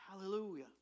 Hallelujah